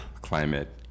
climate